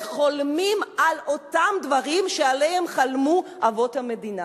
וחולמים על אותם דברים שעליהם חלמו אבות המדינה.